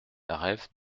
rêve